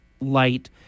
light